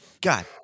god